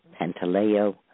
Pantaleo